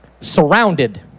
surrounded